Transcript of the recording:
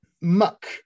Muck